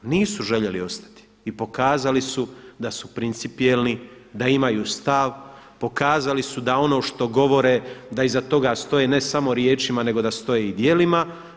Nisu željeli ostati i pokazali su da su principijelni, da imaju stav, pokazali su da ono što govore da iza toge stoje ne samo riječima nego da stoje i djelima.